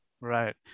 Right